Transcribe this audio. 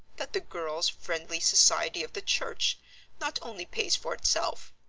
that the girls' friendly society of the church not only pays for itself,